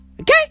Okay